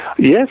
Yes